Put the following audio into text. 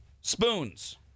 Spoons